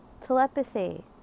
Telepathy